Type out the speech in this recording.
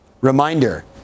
Reminder